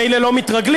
מילא לא מתרגלים,